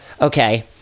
okay